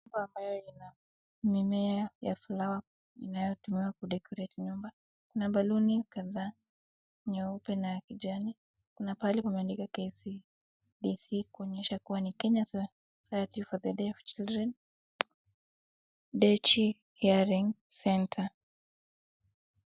Ambayo ina mimea ya flower inayotumiwa ku decorate nyumba na baluni kadhaa nyeupe na ya kijani, kuna pahali kumeandikwa KCDC kuonyesha kuwa ni Kenya society for the deaf children deaf hearing center .